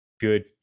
good